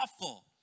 awful